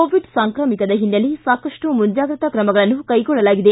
Covid ಸಾಂಕ್ರಾಮಿಕದ ಹಿನ್ನೆಲೆ ಸಾಕಷ್ಟು ಮುಂಜಾಗ್ರತಾ ಕ್ರಮಗಳನ್ನು ಕೈಗೊಳ್ಳಲಾಗಿದೆ